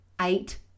eight